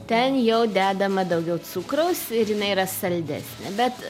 ten jau dedama daugiau cukraus ir jinai yra saldesnė bet